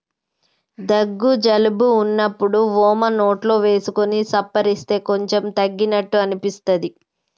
దగ్గు జలుబు వున్నప్పుడు వోమ నోట్లో వేసుకొని సప్పరిస్తే కొంచెం తగ్గినట్టు అనిపిస్తది